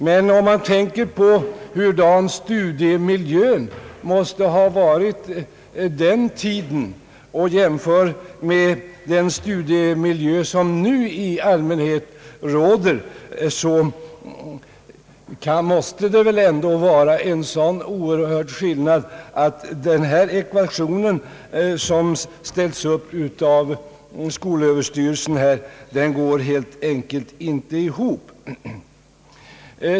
Men skillnaden mellan den tidens studiemiljö och den som nu i allmänhet råder är väl så stor, att den ekvation som ställts upp av skolöverstyrelsen helt enkelt inte går ihop.